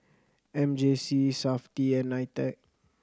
M J C Safti and NITEC